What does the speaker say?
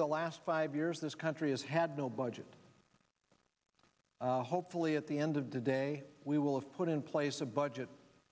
of the last five years this country has had no budget and hopefully at the end of the day we will have put in place a budget